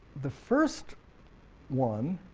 the first one,